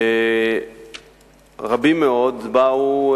רבים מאוד באו,